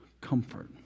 comfort